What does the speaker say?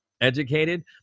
educated